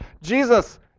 jesus